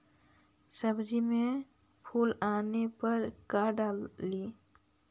सब्जी मे फूल आने पर का डाली?